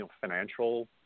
financial